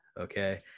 okay